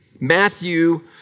Matthew